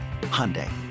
Hyundai